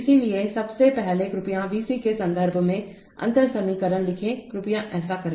इसलिए सबसे पहले कृपया वीसी के संदर्भ में अंतर समीकरण लिखें कृपया ऐसा करें